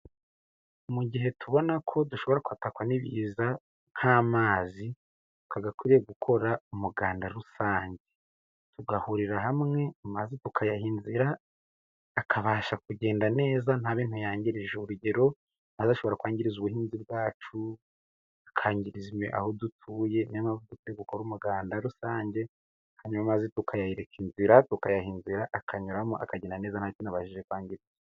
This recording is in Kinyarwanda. Mu gihe tubona ko dushobora kwatakwa ni ibiza nk'amazi, twagakwiriye gukora umuganda rusange. Tugahurira hamwe, amazi tukayaha inzira, akabasha kugenda neza, nta bintu yangirije. Urugero amazi ashobora kwangiriza ubuhinzi bwacu, akangiriza aho dutuye, niyo mpamvu twari dukwiye gukora umuganda rusange, hanyuma tukayereka inzira, tukayaha inzira akanyuramo akagenda neza nta cyo abashije kwangiza.